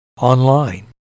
online